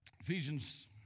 Ephesians